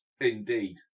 Indeed